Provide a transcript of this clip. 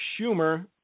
Schumer